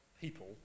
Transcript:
people